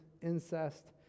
incest